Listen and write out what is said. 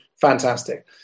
fantastic